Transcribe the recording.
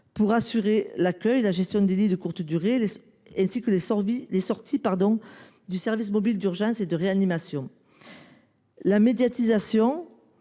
pour assurer l’accueil, la gestion des lits de courte durée ainsi que les sorties du service mobile d’urgence et de réanimation (Smur).